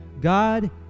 God